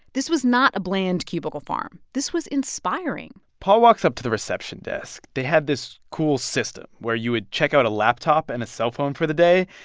this was not a bland cubicle farm. this was inspiring paul walks up to the reception desk. they had this cool system where you would check out a laptop and a cellphone for the day.